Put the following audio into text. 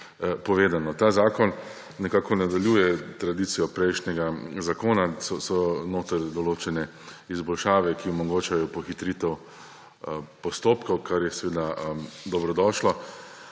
Ta zakon nekako nadaljuje tradicijo prejšnjega zakona, notri so določene izboljšave, ki omogočajo pohitritev postopkov, kar je seveda dobrodošlo.